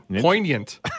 poignant